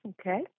Okay